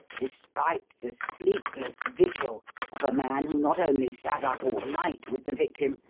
despite the sleepless vigil of a man who not only sat up all night with the victim,